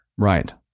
Right